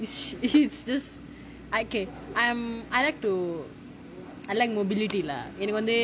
if it's just I can I'm I like to I like mobility lah எனக்கு வந்து:ennaku vanthu